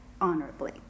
honorably